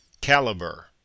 Caliber